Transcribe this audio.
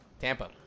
Tampa